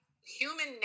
human